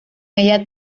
ella